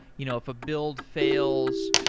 you know if a build fails,